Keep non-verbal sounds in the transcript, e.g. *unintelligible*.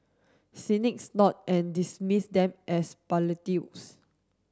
cynics snort and dismiss them as *unintelligible*